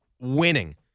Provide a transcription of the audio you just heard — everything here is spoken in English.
Winning